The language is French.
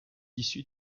issu